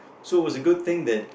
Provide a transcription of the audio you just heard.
so it was a good thing that